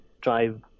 drive